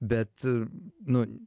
bet nu